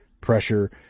pressure